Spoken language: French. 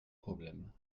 problèmes